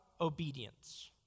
obedience